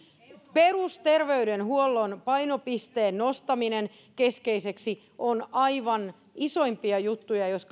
perusterveydenhuollon nostaminen keskeiseksi painopisteeksi on aivan isoimpia juttuja jos